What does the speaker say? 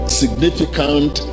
significant